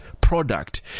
product